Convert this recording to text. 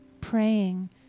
praying